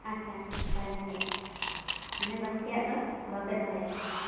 ᱟᱪᱪᱷᱟ ᱛᱟᱡᱟ ᱛᱟᱡᱟ ᱢᱟᱱᱮ ᱵᱟᱥᱠᱮᱭᱟᱜ ᱫᱚ ᱵᱟᱯᱮ ᱫᱚᱦᱚᱭᱟ